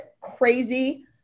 crazy